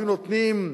היו נותנים,